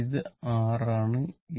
ഇത് r ആണ്